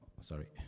sorry